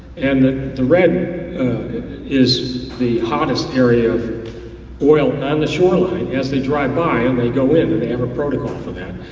and the red is the hottest area of oil on the shoreline as they drive by and they go in and they have a protocol for that.